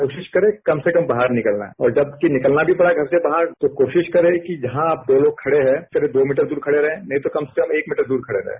कोशिश करें कम से कम वाहर निकलना है और जबकि निकलना भी पड़ा घर से बाहर तो कोशिश करें कि जहां आप दो लोग खड़े हैं करीब दो मीटर दूर खड़े रहें नहीं तो कम से कम एक मीटर दूर खड़े रहें